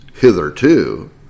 hitherto